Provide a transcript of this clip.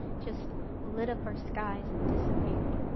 just lit up our skies and disappeared,